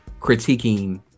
critiquing